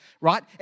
right